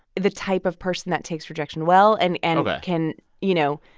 the type of person that takes rejection well and and can you know,